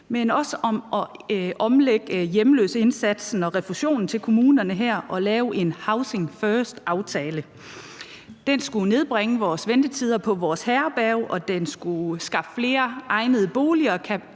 men også om at omlægge hjemløseindsatsen og refusionen til kommunerne her og lave en housing first-aftale. Den skulle nedbringe vores ventetider på vores herberger, og den skulle skaffe flere egnede boliger